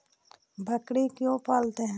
बकरी क्यों पालते है?